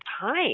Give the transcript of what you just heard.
time